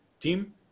team